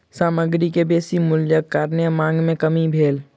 सामग्री के बेसी मूल्यक कारणेँ मांग में कमी भेल